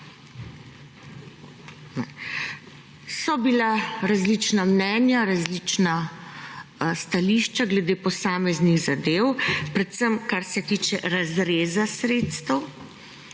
So bila različna mnenja, različna stališča glede posameznih zadev, predvsem kar se tiče razreza sredstev.